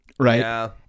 Right